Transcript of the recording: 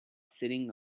sitting